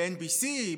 ב-NBC,